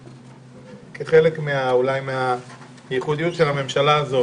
כחלק מהייחודיות של הממשלה הזאת